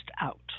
out